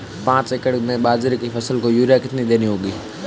पांच एकड़ में बाजरे की फसल को यूरिया कितनी देनी होगी?